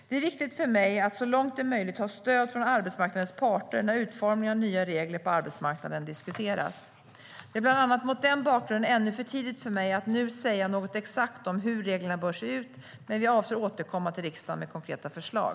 Det är viktigt för mig att så långt det är möjligt ha stöd från arbetsmarknadens parter när utformningen av nya regler på arbetsmarknaden diskuteras. Det är bland annat mot den bakgrunden ännu för tidigt för mig att nu säga något exakt om hur reglerna bör se ut, men vi avser att återkomma till riksdagen med konkreta förslag.